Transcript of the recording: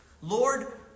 Lord